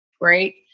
great